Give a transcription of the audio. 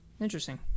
Interesting